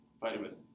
vitamin